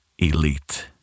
Elite